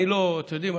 אתם יודעים,